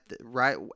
right